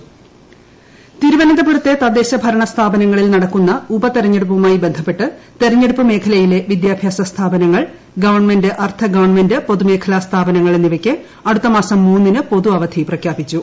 പൊതുഅവധി തിരുവനന്തപുരത്തെ തദ്ദേശഭരണ സ്ഥാപനങ്ങളിൽ നടക്കുന്ന ഉപതെരഞ്ഞ ടുപ്പുമായി ബന്ധപ്പെട്ട് തെരഞ്ഞെടുപ്പ് മേഖലയിലെ വിദ്യാഭ്യാസ സ്ഥാപന ങ്ങൾ ഗവൺമെന്റ് അർദ്ധഗവൺമെന്റ് പൊതുമേഖലാ സ്ഥാപനങ്ങൾ എന്നി വയ്ക്ക് അടുത്തമാസം മൂന്നിന് പൊതുഅവധി പ്രഖ്യാപിച്ചു